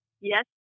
Yes